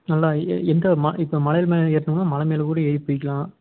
நல்லா எந்த இப்போ மலை மேலே ஏறணுன்னா மலை மேலே கூட ஏறி போய்க்கலாம்